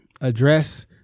address